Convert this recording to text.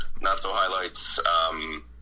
not-so-highlights